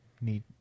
need